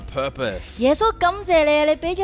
purpose